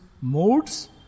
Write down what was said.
modes